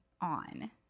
on